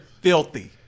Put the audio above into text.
filthy